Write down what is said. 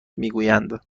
میگویند